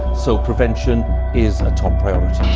so prevention is a top priority.